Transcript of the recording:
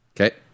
okay